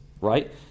right